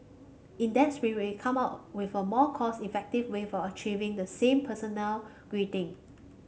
in that spirit we've come up with a more cost effective way of achieving the same personnel greeting